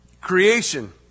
creation